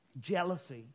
jealousy